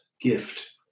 gift